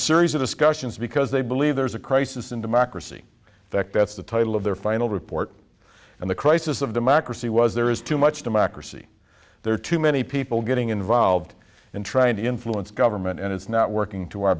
series of discussions because they believe there's a crisis in democracy that that's the title of their final report and the crisis of democracy was there is too much democracy there are too many people getting involved in trying to influence government and it's not working to our